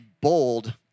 bold